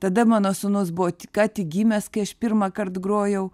tada mano sūnus buvo ką tik gimęs kai aš pirmąkart grojau